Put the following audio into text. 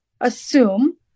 assume